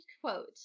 quote